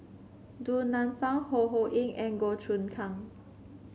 Du Nanfa Ho Ho Ying and Goh Choon Kang